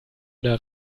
der